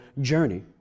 journey